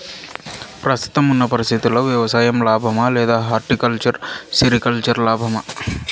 ప్రస్తుతం ఉన్న పరిస్థితుల్లో వ్యవసాయం లాభమా? లేదా హార్టికల్చర్, సెరికల్చర్ లాభమా?